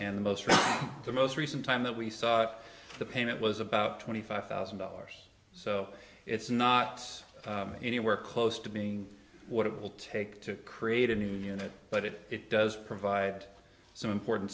and most of the most recent time that we saw the pain it was about twenty five thousand dollars so it's not anywhere close to being what it will take to create a new unit but it it does provide some important